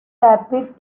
rapid